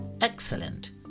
Excellent